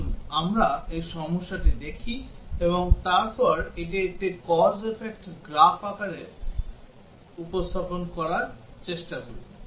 আসুন আমরা এই সমস্যাটি দেখি এবং তারপর এটি একটি cause effect গ্রাফ আকারে উপস্থাপন করার চেষ্টা করি